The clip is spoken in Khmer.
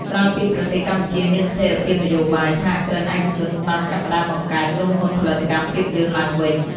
ក្រោយពីប្រទេសកម្ពុជាមានស្ថិរភាពនយោបាយ សហគ្រិនឯកជនបានចាប់ផ្តើមបង្កើត ក្រុមហ៊ុនផលិតកម្មភាពយន្ត ឡើងវិញ។